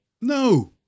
No